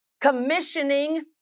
commissioning